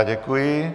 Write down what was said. Děkuji.